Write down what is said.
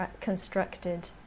constructed